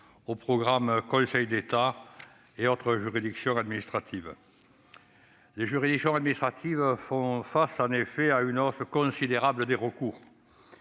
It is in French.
au programme « Conseil d'État et autres juridictions administratives ». Les juridictions administratives font face à une hausse considérable des recours.